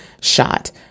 shot